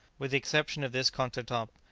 with the exception of this contretemps,